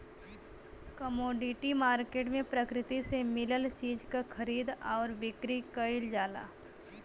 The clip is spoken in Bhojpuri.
कमोडिटी मार्केट में प्रकृति से मिलल चीज क खरीद आउर बिक्री कइल जाला